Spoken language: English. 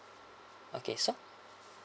okay so